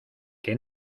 que